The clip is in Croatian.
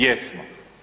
Jesmo.